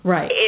Right